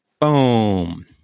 boom